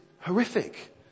horrific